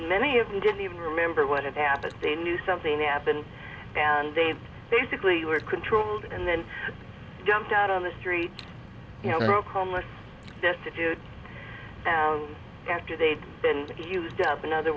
many of them didn't even remember what had happened they knew something happened and they basically were controlled and then dumped out on the street you know commerce destitute after they'd been used up in other